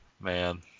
Man